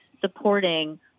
supporting